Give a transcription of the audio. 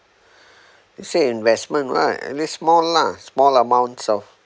as investment right at least small lah small amounts of